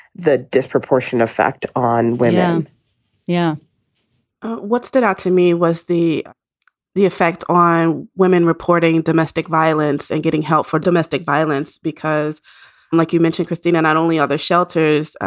the disproportionate effect on women yeah what stood out to me was the the effect on women reporting domestic violence and getting help for domestic violence, because like you mentioned, christina, not only other shelters,